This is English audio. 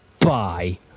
Bye